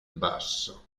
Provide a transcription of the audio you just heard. basso